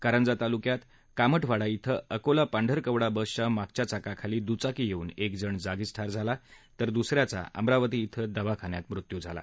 कारंजा तालुक्यात कामठवाडा इथं अकोला पांढरकवडा बसच्या मागच्या चाकाखाली दुचाकी येऊन एक जण जागीच ठार झाला तर दुसऱ्याचा अमरावती इथं दवाखान्यात मृत्यू झाला